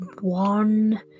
one